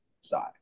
side